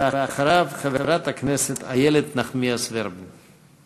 ואחריו, חברת הכנסת איילת נחמיאס ורבין.